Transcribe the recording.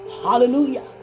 Hallelujah